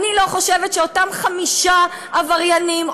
אני לא חושבת שאותם חמישה עבריינים,